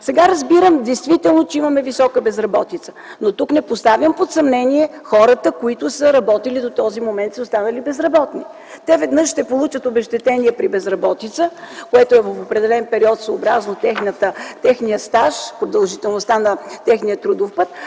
Сега разбирам действително, че имаме висока безработица, но тук не поставям под съмнение хората, които до този момент са работили и са станали безработни. Те ще получат обезщетение при безработица, което е в определен период съобразно техния стаж - продължителността на техния трудов път,